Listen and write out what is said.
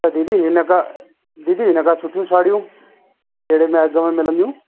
त दीदी हिन खां दीदी खां सुठियूं साड़ियूं कहिड़े में अघ में मिलंदियूं